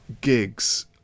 gigs